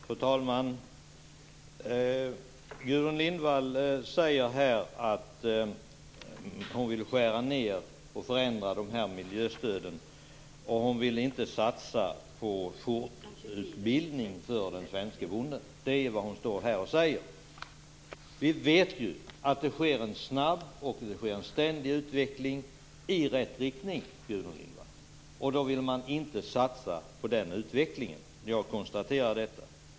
Fru talman! Gudrun Lindvall säger att hon vill skära ned och förändra de här miljöstöden. Hon vill inte satsa på fortbildning för den svenske bonden. Det är vad hon står här och säger. Vi vet ju att det sker och snabb och ständig utveckling i rätt riktning, Gudrun Lindvall. Men ni vill inte satsa på den utvecklingen. Jag konstaterar detta.